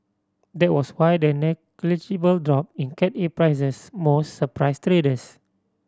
that was why the negligible drop in Cat A prices most surprised traders